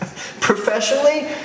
Professionally